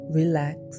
relax